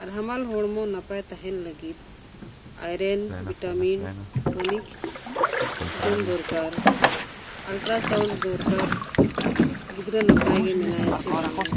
ᱟᱨ ᱦᱟᱢᱟᱞ ᱦᱚᱲᱢᱚ ᱱᱟᱯᱟᱭ ᱛᱟᱦᱮᱱ ᱞᱟᱹᱜᱤᱫ ᱟᱭᱨᱮᱱ ᱵᱷᱤᱴᱟᱢᱤᱱ ᱴᱚᱱᱤᱠ ᱡᱚᱢ ᱫᱚᱨᱠᱟᱨ ᱟᱞᱴᱨᱟᱥᱟᱣᱩᱱᱰ ᱫᱚᱨᱠᱟᱨ ᱜᱤᱫᱽᱨᱟᱹ ᱱᱟᱯᱟᱭ ᱜᱮ ᱢᱮᱱᱟᱭᱟ ᱥᱮ ᱵᱟᱝᱜᱮ